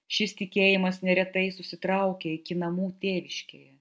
šis tikėjimas neretai susitraukia iki namų tėviškėje